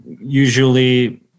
usually